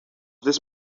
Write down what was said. this